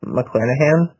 McClanahan